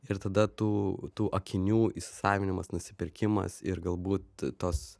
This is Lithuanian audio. ir tada tų tų akinių įsavinimas nusipirkimas ir galbūt tos